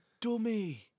dummy